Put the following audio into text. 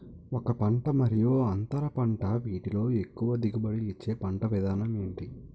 ఒక పంట మరియు అంతర పంట వీటిలో ఎక్కువ దిగుబడి ఇచ్చే పంట విధానం ఏంటి?